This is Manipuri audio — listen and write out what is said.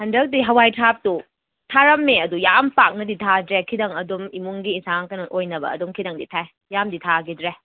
ꯍꯟꯗꯛꯇꯤ ꯍꯋꯥꯏ ꯊꯔꯥꯛꯇꯣ ꯊꯥꯔꯝꯃꯦ ꯑꯗꯨ ꯌꯥꯝ ꯄꯥꯛꯅꯗꯤ ꯊꯥꯗ꯭ꯔꯦ ꯈꯤꯇꯪ ꯑꯗꯨꯝ ꯏꯃꯨꯡꯒꯤ ꯏꯟꯁꯥꯡ ꯀꯩꯅꯣ ꯑꯣꯏꯅꯕ ꯑꯗꯨꯝ ꯈꯤꯇꯪꯗꯤ ꯊꯥꯏ ꯌꯥꯝꯅꯗꯤ ꯊꯥꯈꯤꯗ꯭ꯔꯦ